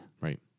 Right